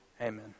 Amen